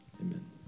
amen